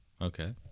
Okay